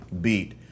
beat